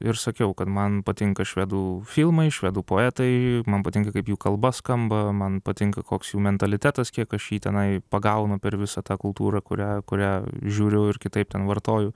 ir sakiau kad man patinka švedų filmai švedų poetai man patinka kaip jų kalba skamba man patinka koks jų mentalitetas kiek aš jį tenai pagaunu per visą tą kultūrą kurią kurią žiūriu ir kitaip ten vartoju